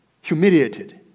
humiliated